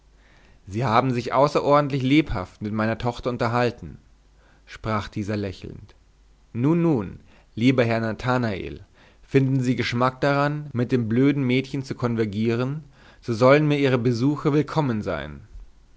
sie haben sich außerordentlich lebhaft mit meiner tochter unterhalten sprach dieser lächelnd nun nun lieber herr nathanael finden sie geschmack daran mit dem blöden mädchen zu konvergieren so sollen mir ihre besuche willkommen sein